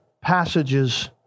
passages